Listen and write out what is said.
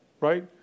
right